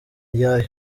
iyayo